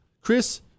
Chris